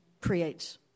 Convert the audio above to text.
creates